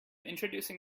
introducing